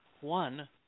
One